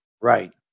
Right